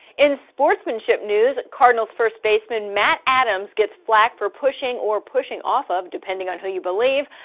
in. sportsmanship news, cardinals first baseman matt adams gets flack for pushing. or pushing off of. depending on who you believe.